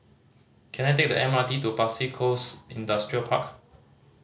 can I take the M R T to Pasir Coast Industrial Park